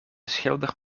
schilder